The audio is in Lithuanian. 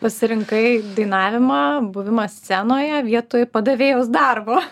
pasirinkai dainavimą buvimą scenoje vietoj padavėjos darbo